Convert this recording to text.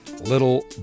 little